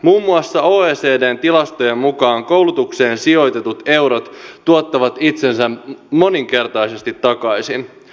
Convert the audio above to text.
muun muassa oecdn tilastojen mukaan koulutukseen sijoitetut eurot tuottavat itsensä moninkertaisesti takaisin